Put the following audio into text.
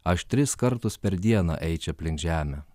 aš tris kartus per dieną eičiau aplink žemę